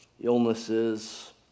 illnesses